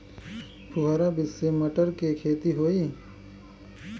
फुहरा विधि से मटर के खेती होई